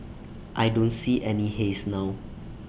I don't see any haze now